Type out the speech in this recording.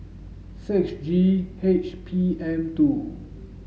six G H P M two